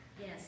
Yes